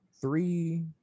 three